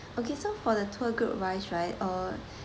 okay so for the tour group wise right uh